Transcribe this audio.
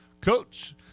Coach